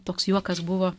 toks juokas buvo